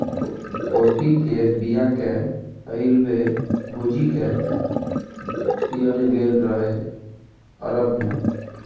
coffee केर बीया केँ पहिल बेर भुजि कए पीएल गेल रहय अरब मे